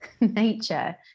nature